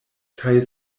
kaj